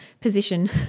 position